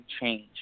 change